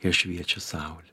ir šviečia saulė